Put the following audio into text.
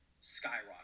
skyrocket